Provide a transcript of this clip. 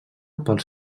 pels